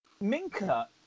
Minka